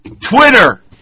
Twitter